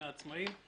מהעצמאיים.